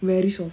very soft